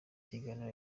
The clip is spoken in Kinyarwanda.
kiganiro